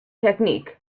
technique